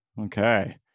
Okay